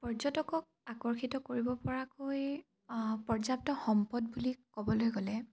পৰ্যটকক আকৰ্ষিত কৰিবপৰাকৈ পৰ্যাপ্ত সম্পদ বুলি ক'বলৈ গ'লে